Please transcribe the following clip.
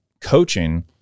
coaching